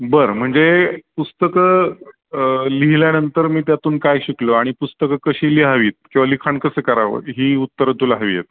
बरं म्हणजे पुस्तकं लिहिल्यानंतर मी त्यातून काय शिकलो आणि पुस्तकं कशी लिहावीत किंवा लिखाण कसं करावं ही उत्तरं तुला हवी आहेत